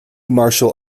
martial